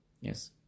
Yes